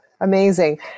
Amazing